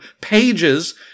pages